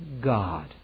God